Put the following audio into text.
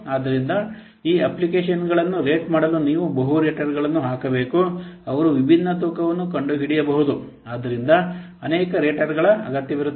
ಆದ್ದರಿಂದ ಈ ಅಪ್ಲಿಕೇಶನ್ ಗಳನ್ನು ರೇಟ್ ಮಾಡಲು ನೀವು ಬಹು ರೇಟರ್ಗಳನ್ನು ಹಾಕಬೇಕು ಅವರು ವಿಭಿನ್ನ ತೂಕವನ್ನು ಕಂಡುಹಿಡಿಯಬಹುದು ಆದ್ದರಿಂದ ಅನೇಕ ರೇಟರ್ಗಳ ಅಗತ್ಯವಿರುತ್ತದೆ